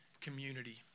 community